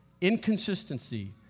inconsistency